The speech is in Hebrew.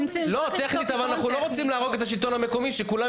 אבל אנחנו לא רוצים להרוג את השלטון המקומי שכולם